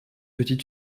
petits